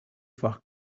for